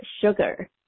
sugar